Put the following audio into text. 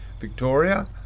Victoria